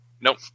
Nope